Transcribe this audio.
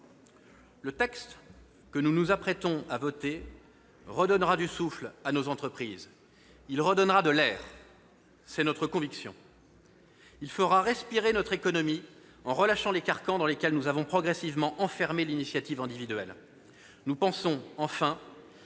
Le texte que nous nous apprêtons à voter redonnera du souffle à nos entreprises. C'est notre conviction. Il fera respirer notre économie en relâchant les carcans dans lesquels nous avons progressivement enfermé l'initiative individuelle. Nous pensons, enfin,